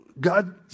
God